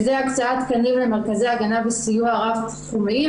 שזה הקצאת תקנים למרכזי הגנה וסיוע רב-תחומיים